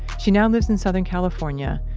she know lives in southern california,